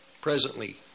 presently